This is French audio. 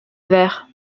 vert